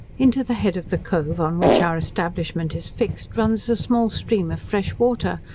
into the head of the cove, on which our establishment is fixed, runs a small stream of fresh water,